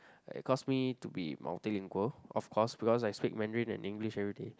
it cause me to be multilingual of course because I speak Mandarin and English everyday